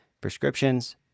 prescriptions